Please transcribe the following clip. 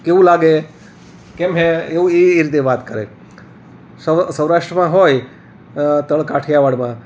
કેવું લાગે કેમ હે એવું એ રીતે વાત કરે સૌરાષ્ટ્રમાં હોય તળ કાઠિયાવાડમાં